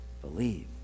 believe